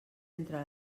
entre